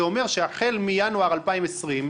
זה אומר שהחל מינואר 2020,